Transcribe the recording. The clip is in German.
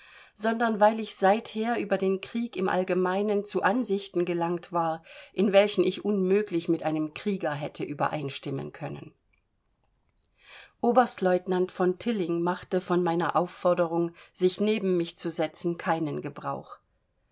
sondern weil ich seither über den krieg im allgemeinen zu ansichten gelangt war in welchen ich unmöglich mit einem krieger hätte übereinstimmen können oberstlieutenant von tilling machte von meiner aufforderung sich neben mich zu setzen keinen gebrauch